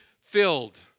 filled